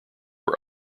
were